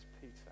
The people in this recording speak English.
Peter